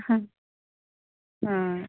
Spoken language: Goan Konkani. आं